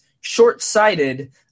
short-sighted